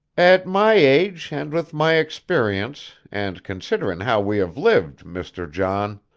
at my age, and with my experience, and considerin' how we have lived, mr. john,